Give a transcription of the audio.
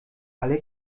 alle